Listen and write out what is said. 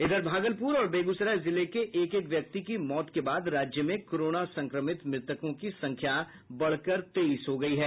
इधर भागलपुर और बेगूसराय जिले के एक एक व्यक्ति की मौत के बाद राज्य में कोरोना संक्रमित मृतकों की संख्या बढ़कर तेईस हो गई है